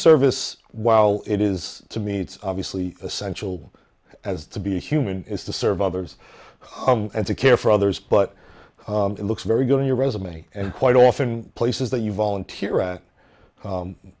service while it is to meets obviously essential as to be human is to serve others and to care for others but it looks very good on your resume and quite often places that you volunteer at